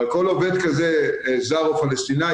אבל על כל עובד כזה זר או פלשתינאי,